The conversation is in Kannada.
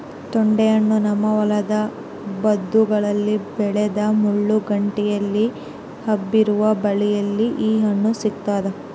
ತೊಂಡೆಹಣ್ಣು ನಮ್ಮ ಹೊಲದ ಬದುಗಳಲ್ಲಿ ಬೆಳೆದ ಮುಳ್ಳು ಕಂಟಿಯಲ್ಲಿ ಹಬ್ಬಿರುವ ಬಳ್ಳಿಯಲ್ಲಿ ಈ ಹಣ್ಣು ಸಿಗ್ತಾದ